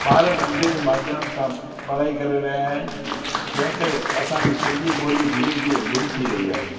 ॿार बि अंग्रेज़ी मध्यम सां पढ़ाई करे रहिया आहिनि जंहिं करे असांजी सिंधी ॿोली धीरे धीरे गुम थी रही आहे